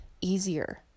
easier